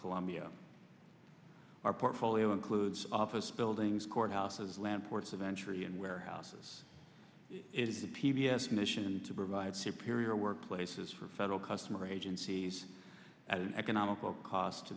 columbia our portfolio includes office buildings courthouses land ports of entry and warehouses it is a p b s mission to provide superior workplaces for federal customer agencies at an economical cost to